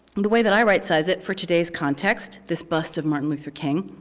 the way that i right size it for today's context, this bust of martin luther king,